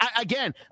Again